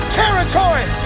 territory